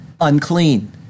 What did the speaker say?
unclean